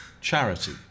charity